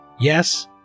Yes